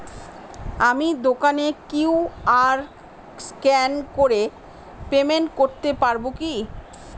আমি দোকানে QR scan করে পেমেন্ট করতে পারবো কি?